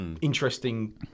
interesting